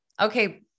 okay